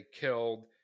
killed